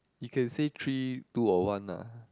you can say three two or one lah